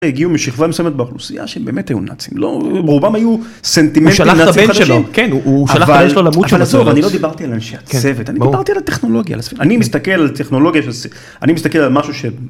הגיעו משכבה מסוימת באוכלוסייה שהם באמת היו נאצים, לא…ברובם היו סנטימנטים נאצים חדשים. הוא שלח את הבן שלו. כן, הוא שלח את הבן שלו למות שלו. אבל אני לא דיברתי על אנשי הצוות, אני דיברתי על הטכנולוגיה. אני מסתכל על טכנולוגיה, אני מסתכל על משהו ש...